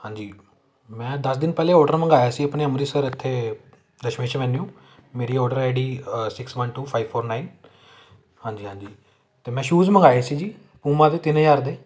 ਹਾਂਜੀ ਮੈਂ ਦਸ ਦਿਨ ਪਹਿਲੇ ਔਡਰ ਮੰਗਵਾਇਆ ਸੀ ਆਪਣੇ ਅੰਮ੍ਰਿਤਸਰ ਇੱਥੇ ਦਸ਼ਮੇਸ਼ ਅਮੈਨਿਊ ਮੇਰੀ order I D six one two five four nine ਹਾਂਜੀ ਹਾਂਜੀ ਅਤੇ ਮੈਂ ਸ਼ੂਜ਼ ਮੰਗਵਾਏ ਸੀ ਜੀ ਪੂਮਾ ਦੇ ਤਿੰਨ ਹਜ਼ਾਰ ਦੇ